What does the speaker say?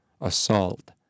assault